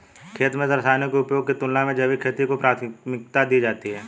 खेती में रसायनों के उपयोग की तुलना में जैविक खेती को प्राथमिकता दी जाती है